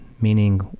meaning